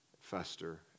fester